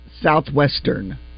Southwestern